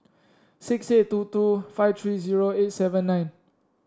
six six two two five three zero eight seven nine